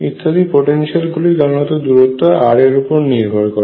ইত্যাদি পোটেনশিয়াল গুলি কেবলমাত্র দূরত্ব r এর উপর নির্ভর করে